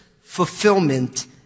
fulfillment